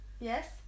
Yes